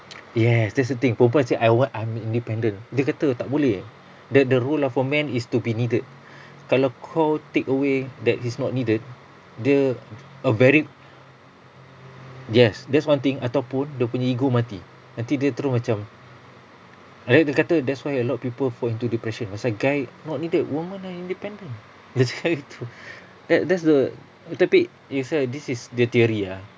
yes that's the thing perempuan asyik I want I'm independent dia kata tak boleh the the rule of a man is to be needed kalau kau take away that he's not needed dia a very yes that's one thing ataupun dia punya ego mati nanti dia terus macam abeh dia kata that's why a lot people fall into depression pasal guy not needed women are independent dia cakap gitu that that's the tapi it's a this is the theory ah